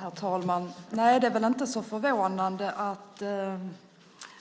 Herr talman! Nej, det är väl inte så förvånande att